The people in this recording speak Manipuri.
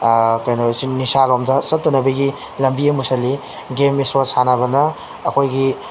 ꯀꯩꯅꯣꯁꯤ ꯅꯤꯁꯥꯔꯣꯝꯗ ꯆꯠꯇꯅꯕꯒꯤ ꯂꯝꯕꯤ ꯑꯃꯁꯨꯅꯤ ꯒꯦꯝ ꯏꯁꯄꯣꯔꯠ ꯁꯥꯟꯅꯕꯅ ꯑꯩꯈꯣꯏꯒꯤ